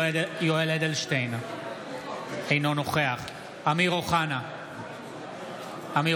אי-אמון בממשלה של סיעת המחנה הממלכתי.